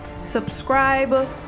Subscribe